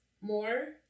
more